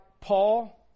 Paul